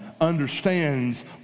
understands